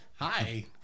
Hi